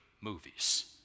movies